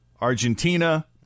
Argentina